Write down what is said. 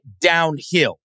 downhill